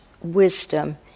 wisdom